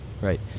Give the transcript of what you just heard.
Right